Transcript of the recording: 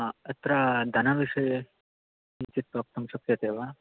आ अत्र धनविषये किञ्चित् वक्तुं शक्यते वा